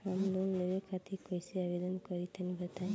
हम लोन लेवे खातिर कइसे आवेदन करी तनि बताईं?